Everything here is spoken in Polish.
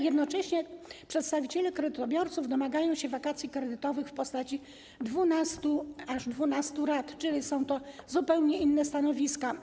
Jednocześnie przedstawiciele kredytobiorców domagają się wakacji kredytowych w postaci aż 12 rat, czyli są to zupełnie inne stanowiska.